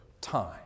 time